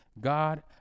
God